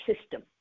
system